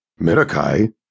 Mirakai